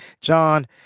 John